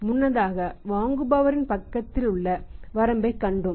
முன்னதாக வாங்குபவரின் பக்கத்தில் உள்ள வரம்பைக் கண்டோம்